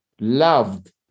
loved